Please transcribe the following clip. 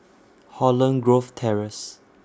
Holland Grove Terrace